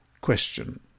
Question